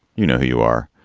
you know who you are.